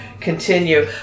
continue